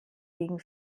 gegen